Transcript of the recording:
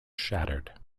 shattered